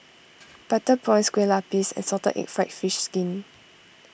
Butter Prawns Kueh Lupis and Salted Egg Fried Fish Skin